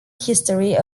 history